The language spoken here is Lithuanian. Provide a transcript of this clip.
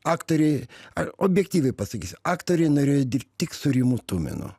aktoriai ar objektyviai pasakysiu aktoriai norėjo dirbt tik su rimu tuminu